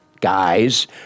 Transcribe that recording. guys